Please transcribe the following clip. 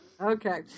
Okay